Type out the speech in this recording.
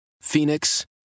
Phoenix